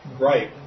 Right